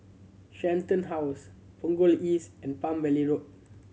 Shenton House Punggol East and Palm Valley Road